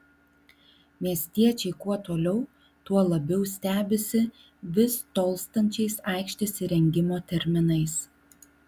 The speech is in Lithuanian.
miestiečiai kuo toliau tuo labiau stebisi vis tolstančiais aikštės įrengimo terminais